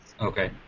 Okay